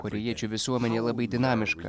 korėjiečių visuomenė labai dinamiška